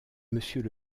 monsieur